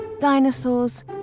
dinosaurs